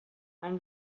and